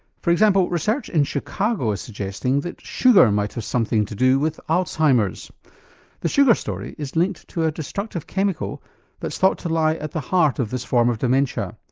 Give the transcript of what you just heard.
for example, research in chicago is suggesting that sugar might have something to do with alzheimer's the sugar story is linked to a destructive chemical that is thought to lie at the heart of this form of dementia.